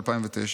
2009),